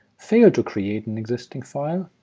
fail to create an existing file,